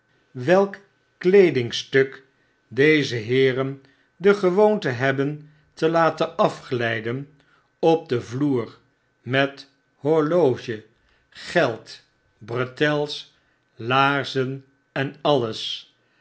welk kleedingstuk deze heeren de gewoonte hebben te laten afsflflden op den vloer met horloge geld bretels aarzen en alles